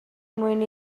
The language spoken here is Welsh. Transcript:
mwyn